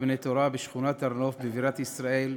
בני תורה" בשכונת הר-נוף בבירת ישראל,